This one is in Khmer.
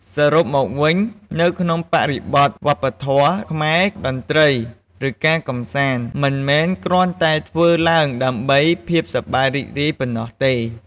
សរុបមកវិញ នៅក្នុងបរិបទវប្បធម៌ខ្មែរ តន្ត្រី ឬ ការកម្សាន្ត មិនមែនគ្រាន់តែធ្វើឡើងដើម្បីភាពសប្បាយរីករាយប៉ុណ្ណោះទេ។